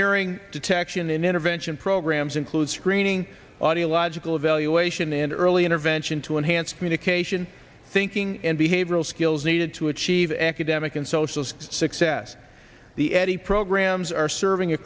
hearing detection in a invention programs include screening audiological evaluation and early intervention to enhance communication thinking and behavioral skills needed to achieve academic and social success the eddy programs are serving a